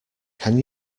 can